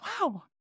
wow